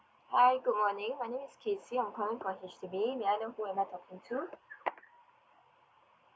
hi good morning my name is kaycy I'm calling from H_D_B may I know who am I talking to